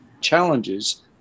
challenges